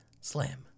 Slam